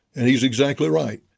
and he's exactly right.